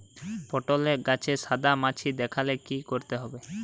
পটলে গাছে সাদা মাছি দেখালে কি করতে হবে?